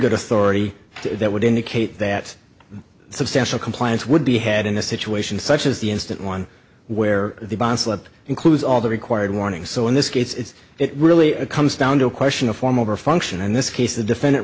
good authority that would indicate that substantial compliance would be had in a situation such as the instant one where the boss left includes all the required warnings so in this case it's it really comes down to a question of form over function and this case the defendant